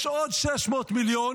יש עוד 600 מיליון